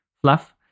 fluff